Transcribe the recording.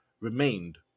remained